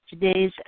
Today's